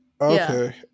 Okay